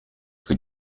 für